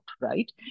right